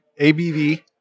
ABV